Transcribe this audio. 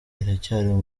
iracyari